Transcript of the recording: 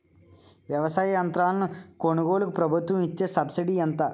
వ్యవసాయ యంత్రాలను కొనుగోలుకు ప్రభుత్వం ఇచ్చే సబ్సిడీ ఎంత?